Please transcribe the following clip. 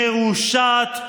מרושעת.